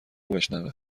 بشنوه